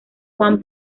juan